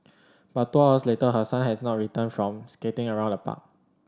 but two hours later her son had not returned from skating around the park